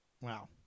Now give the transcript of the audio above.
Wow